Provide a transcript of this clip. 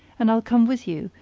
and i'll come with you,